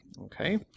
okay